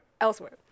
elsewhere